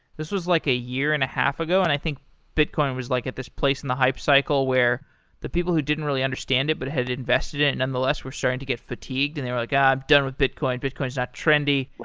this was like a year and a half ago, and i think bitcoin was like at this place in the hype cycle where the people who didn't really understand it, but had invested in it nonetheless, were starting to get fatigued and they were like, i'm done with bitcoin. bitcion is not trendy.